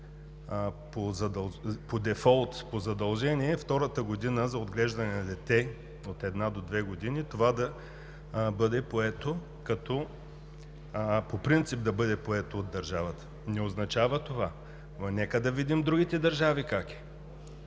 по дефолт, по задължение, втората година за отглеждане на дете от една до две години по принцип да бъде поето от държавата. Не означава това. Нека да видим в другите държави как е.